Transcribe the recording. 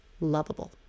lovable